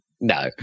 No